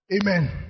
Amen